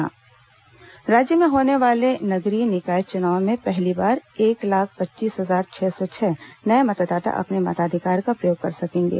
नगरीय निकाय चुनाव राज्य में होने वाले नगरीय निकाय चुनाव में पहली बार एक लाख पच्चीस हजार छह सौ छह नए मतदाता अपने मताधिकार का प्रयोग कर सकेंगे